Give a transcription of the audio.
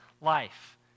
life